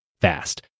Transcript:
fast